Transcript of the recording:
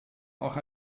auch